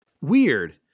Weird